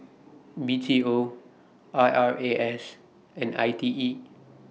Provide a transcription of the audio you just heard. B T O I R A S and I T E